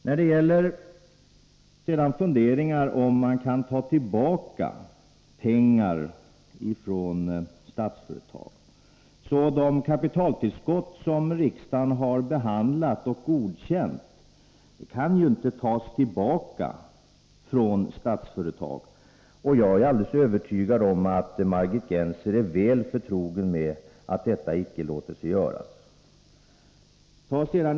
När det sedan gäller funderingarna beträffande om man kan ta tillbaka pengar som Statsföretag har fått, vill jag säga att de kapitaltillskott som riksdagen har behandlat och godkänt inte kan tas tillbaka från Statsföretag. Jag är alldeles övertygad om att Margit Gennser är väl förtrogen med att detta icke låter sig göras.